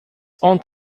aunt